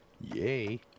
yay